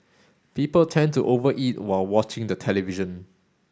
people tend to over eat while watching the television